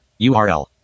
url